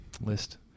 list